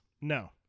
No